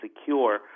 secure